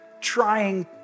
trying